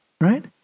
right